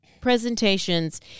presentations